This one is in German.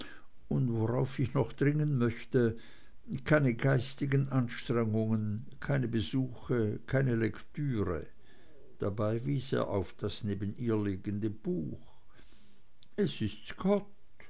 und worauf ich noch dringen möchte keine geistigen anstrengungen keine besuche keine lektüre dabei wies er auf das neben ihr liegende buch es ist scott